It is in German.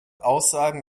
aussagen